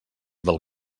del